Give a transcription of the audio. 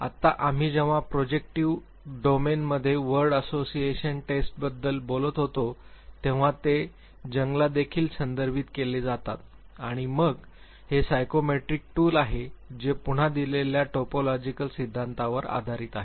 आत्ता आम्ही जेव्हा प्रोजेक्टिव्ह डोमेनमध्ये वर्ड असोसिएशन टेस्टबद्दल बोलत होतो तेव्हा ते जंगला देखील संदर्भित केले जातात आणि मग हे सायकोमेट्रिक टूल आहे जे पुन्हा दिलेल्या टायपोलॉजिकल सिद्धांतावर आधारित आहे